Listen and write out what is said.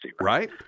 right